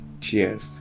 Cheers